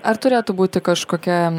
ar turėtų būti kažkokia